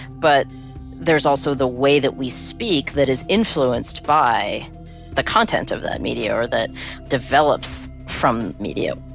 but there's also the way that we speak that is influenced by the content of that media or that develops from media.